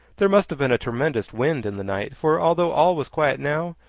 there must have been a tremendous wind in the night, for although all was quiet now,